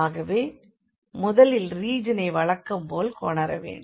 ஆகவே முதலில் ரீஜனை வழக்கம் போல் கொணர வேண்டும்